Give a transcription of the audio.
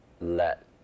let